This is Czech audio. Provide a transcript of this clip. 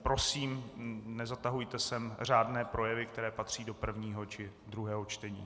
Prosím, nezatahujte sem řádné projevy, které patří do prvního či druhého čtení.